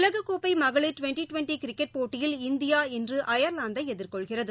உலக்கோப்பைமகளிர் டுவெண்டிடுவெண்டிகிரிக்கெட் போட்டியில் இந்தியா இன்று அயர்லாந்தை திர்கொள்கிறது